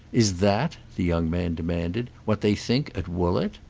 is that, the young man demanded, what they think at woollett?